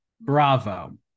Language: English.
bravo